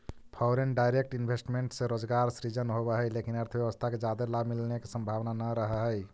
foreign direct investment से रोजगार सृजन होवऽ हई लेकिन अर्थव्यवस्था के जादे लाभ मिलने के संभावना नह रहऽ हई